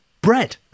bread